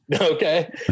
okay